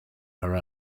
her